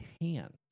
hand